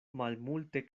malmulte